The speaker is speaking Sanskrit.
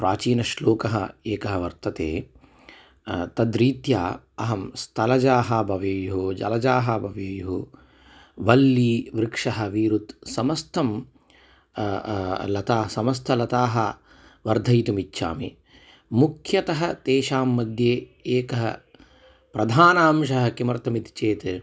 प्राचीनश्लोकः एकः वर्तते तद्रीत्या अहं स्थलजः भवेयुः जलजः भवेयुः वल्ली वृक्षः वीरुत् समस्तं लता समस्ताः लताः वर्धयितुम् इच्छामि मुख्यतः तेषां मध्ये एकः प्रधानः अंशः किमर्थमिति चेत्